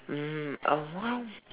um a !wow!